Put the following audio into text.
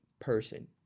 person